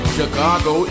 Chicago